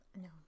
No